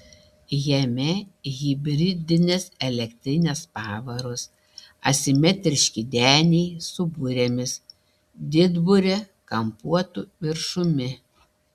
jame hibridinės elektrinės pavaros asimetriški deniai su burėmis didburė kampuotu viršumi